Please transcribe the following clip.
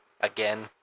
again